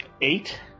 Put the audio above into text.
Eight